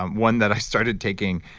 um one that i started taking.